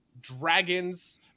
Dragons